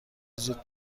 زود